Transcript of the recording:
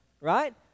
right